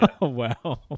wow